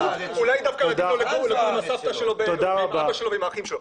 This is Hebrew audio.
אולי דווקא עדיף לו לגור עם הסבתא שלו והאבא שלו והאחים שלו.